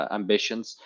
ambitions